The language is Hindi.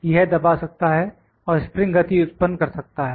यह दबा सकता है और स्प्रिंग गति उत्पन्न कर सकता है